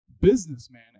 Businessman